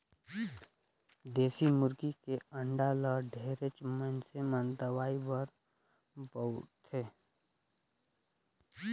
देसी मुरगी के अंडा ल ढेरेच मइनसे मन दवई बर बउरथे